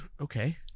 okay